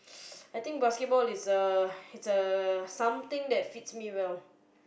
I think basketball is uh it's uh something that fits me well